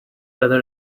better